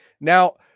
Now